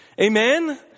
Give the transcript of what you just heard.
Amen